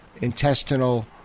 intestinal